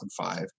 2005